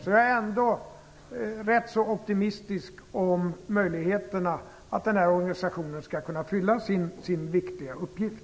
Därför är jag ändå rätt så optimistisk inför möjligheterna för denna organisation att kunna fylla sin viktiga uppgift.